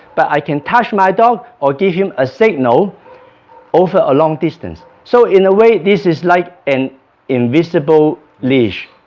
but i can touch my dog or give him a signal over a long distance so in a way, this is like an invisible leash,